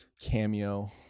cameo